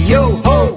Yo-ho